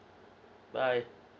bye